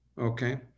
okay